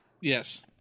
Yes